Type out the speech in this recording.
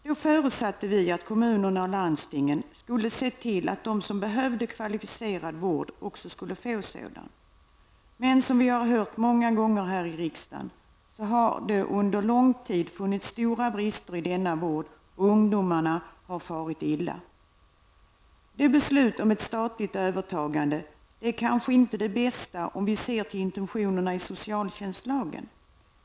Vi förutsatte att kommuner och landsting skulle se till att de som behövde kvalificerad vård också skulle få sådan, men som vi många gånger har hört här i riksdagen har det under lång tid funnits stora brister i denna vård, och ungdomarna har farit illa. Beslutet om ett statligt övertagande är kanske inte det bästa, om vi ser till intentionerna i socialtjänstlagen.